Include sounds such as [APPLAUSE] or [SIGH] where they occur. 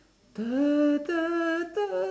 [NOISE]